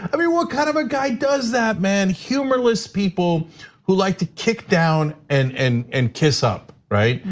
i mean what kind of a guy does that, man? humorless people who like to kick down and and and kiss up, right?